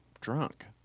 drunk